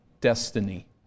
destiny